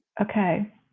Okay